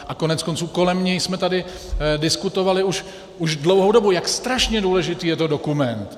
A koneckonců kolem něj jsme tady diskutovali už dlouhou dobu, jak strašně důležitý je to dokument.